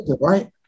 right